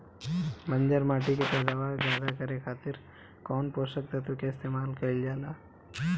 बंजर माटी के पैदावार ज्यादा करे खातिर कौन पोषक तत्व के इस्तेमाल कईल जाला?